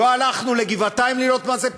לא הלכנו לגבעתיים לראות מה זה פינוי-בינוי?